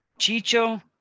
chicho